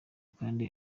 kandi